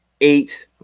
eight